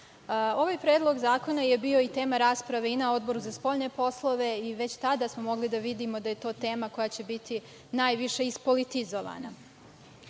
Predlog zakona je bio i tema rasprave i na Odboru za spoljne poslove i već tada smo mogli da vidimo da je to tema koja će biti najviše ispolitizovana.